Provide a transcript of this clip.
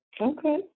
Okay